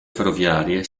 ferroviarie